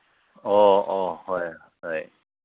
ꯑꯣ ꯑꯣ ꯍꯣꯏ ꯍꯣꯏ